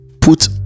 put